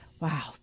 Wow